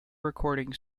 recording